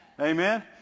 amen